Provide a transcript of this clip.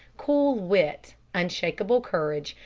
cool wit, unshakable courage,